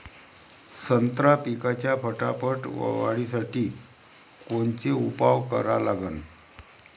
संत्रा पिकाच्या फटाफट वाढीसाठी कोनचे उपाव करा लागन?